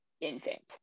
infant